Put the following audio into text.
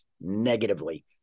negatively